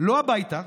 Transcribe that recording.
לא הביתה,